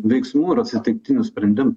veiksmų ir atsitiktinių sprendimų